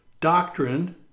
doctrine